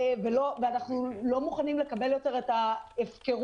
ואנחנו לא מוכנים לקבל יותר את ההפקרות